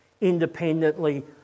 independently